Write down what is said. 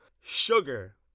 Sugar